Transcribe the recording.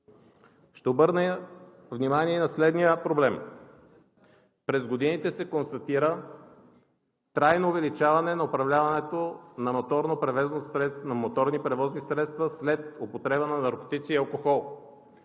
Ще обърна внимание и на следния проблем: През годините се констатира трайно увеличаване на управляването на моторни превозни средства след употреба на наркотици и алкохол,